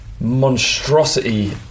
monstrosity